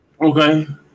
Okay